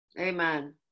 Amen